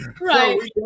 Right